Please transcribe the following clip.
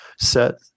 set